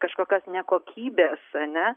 kažkokios ne kokybės ane